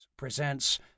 presents